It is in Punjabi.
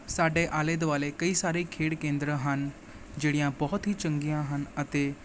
ਸਾਡੇ ਆਲੇ ਦੁਆਲੇ ਕਈ ਸਾਰੇ ਖੇਡ ਕੇਂਦਰ ਹਨ ਜਿਹੜੀਆਂ ਬਹੁਤ ਹੀ ਚੰਗੀਆਂ ਹਨ ਅਤੇ